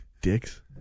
Dicks